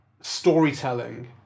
storytelling